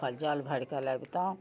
आओर फल जल भरि के लैबितौ